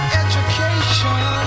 education